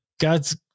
God's